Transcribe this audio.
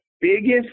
biggest